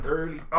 early